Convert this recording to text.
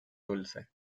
dulce